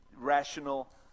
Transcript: rational